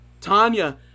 Tanya